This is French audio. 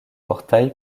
portail